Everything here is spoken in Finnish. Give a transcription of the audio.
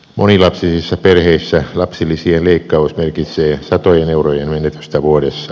monilapsisissa perheissä lapsilisien leikkaus merkitsee satojen eurojen menetystä vuodessa